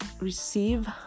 receive